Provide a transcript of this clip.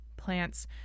plants